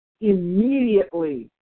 immediately